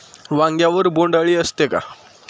वांग्यावर बोंडअळी असते का?